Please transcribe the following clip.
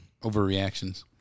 overreactions